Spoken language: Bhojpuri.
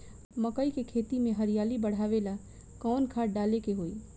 मकई के खेती में हरियाली बढ़ावेला कवन खाद डाले के होई?